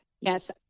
Yes